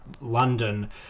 london